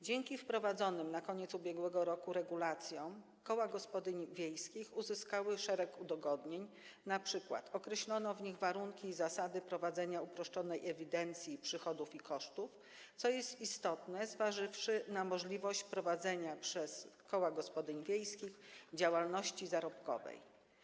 Dzięki wprowadzonym pod koniec ubiegłego roku regulacjom koła gospodyń wiejskich uzyskały szereg udogodnień, np. określono w nich warunki i zasady prowadzenia uproszczonej ewidencji przychodów i kosztów, co jest istotne, jeśli weźmie się pod uwagę możliwość prowadzenia przez koła gospodyń wiejskich działalności zarobkowej.